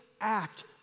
act